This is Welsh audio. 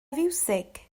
fiwsig